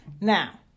Now